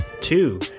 Two